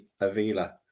Avila